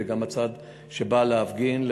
וגם הצד שבא להפגין,